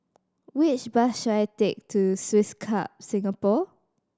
which bus should I take to Swiss Club Singapore